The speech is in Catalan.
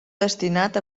destinat